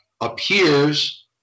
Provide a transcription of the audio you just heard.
appears